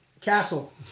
Castle